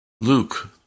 Luke